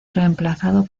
reemplazado